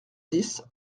dix